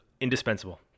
Indispensable